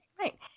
Right